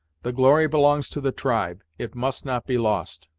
the glory belongs to the tribe it must not be lost.